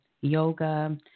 yoga